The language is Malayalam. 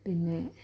പിന്നേ